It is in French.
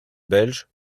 belge